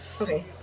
okay